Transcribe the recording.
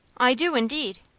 i do, indeed.